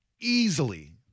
easily